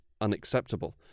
unacceptable